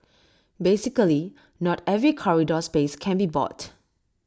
basically not every corridor space can be bought